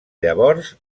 llavors